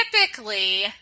typically